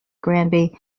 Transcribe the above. granby